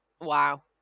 Wow